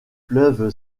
fleuve